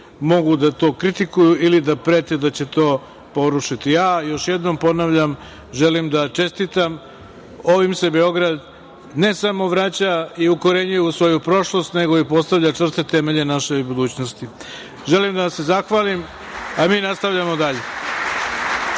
mogu da to kritikuju ili da prete da će to porušiti. Još jednom ponavljam, želim da čestitam, ovim se Beograd, ne samo vraća i ukorenjuje u svoju prošlost, nego i postavlja crte temelja našoj budućnosti. Želim da vam se zahvalim. Mi nastavljamo